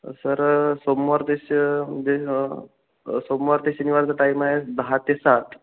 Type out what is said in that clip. sir सोमवार दिवशी म्हणजे सोमवार ते शनिवारचं टाईम आहे दहा ते सात